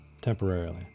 Temporarily